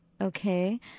Okay